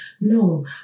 No